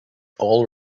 all